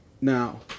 now